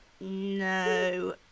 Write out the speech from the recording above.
no